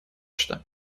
что